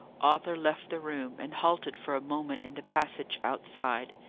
arthur left the room, and halted for a moment in the passage outside.